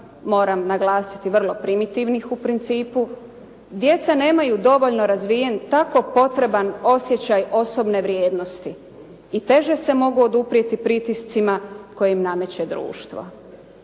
moram naglasiti vrlo primitivnih u principu djeca nemaju dovoljan razvijen tako potreban osjećaj osobne vrijednosti i teže se mogu oduprijeti pritiscima koje im nameće društvo.